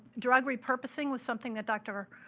drug repurposing was something that dr.